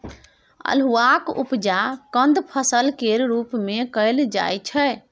अल्हुआक उपजा कंद फसल केर रूप मे कएल जाइ छै